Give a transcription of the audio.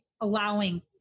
allowing